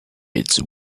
its